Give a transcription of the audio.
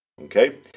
Okay